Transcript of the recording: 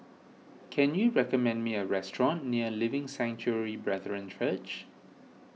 can you recommend me a restaurant near Living Sanctuary Brethren Church